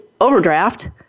overdraft